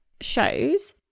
Shows